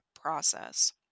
process